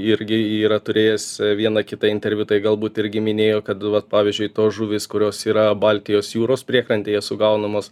irgi yra turėjęs vieną kitą interviu tai galbūt irgi minėjo kad vat pavyzdžiui tos žuvys kurios yra baltijos jūros priekrantėje sugaunamos